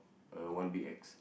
uh one big X